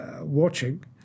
watching